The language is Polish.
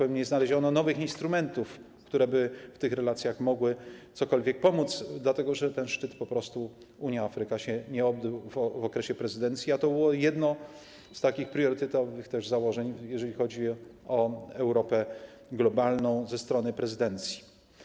Nie znaleziono nowych instrumentów, które by w tych relacjach mogły cokolwiek pomóc, dlatego że ten szczyt Unia - Afryka po prostu się nie odbył w okresie prezydencji, a to było jedno z takich priorytetowych założeń, jeżeli chodzi o Europę globalną ze strony prezydencji.